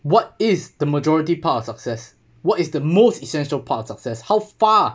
what is the majority part of success what is the most essential parts of success how far